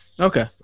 Okay